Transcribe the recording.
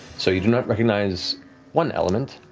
so you do not recognize one element.